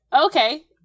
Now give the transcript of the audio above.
okay